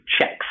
checks